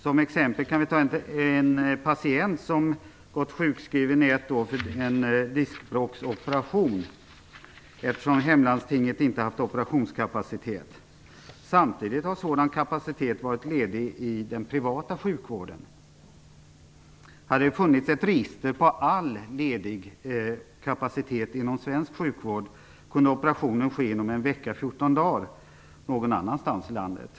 Som exempel kan vi ta en patient som gått sjukskriven i ett år inför en diskbråcksoperation därför att hemlandstinget inte haft operationskapacitet. Samtidigt har sådan kapacitet varit ledig i den privata sjukvården. Hade det funnits ett register på all ledig kapacitet inom svensk sjukvård, kunde operationen ha skett inom en vecka eller fjorton dagar någon annanstans i landet.